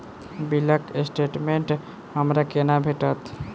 बिलक स्टेटमेंट हमरा केना भेटत?